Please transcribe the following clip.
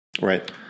Right